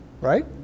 Right